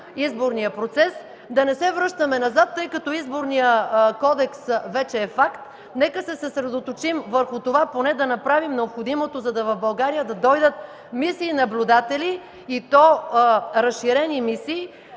изборния процес. Да не се връщаме назад, тъй като Изборният кодекс вече е факт. Нека се съсредоточим върху това поне да направим необходимото, та в България да дойдат мисии наблюдатели, и то разширени мисии.